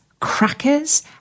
crackers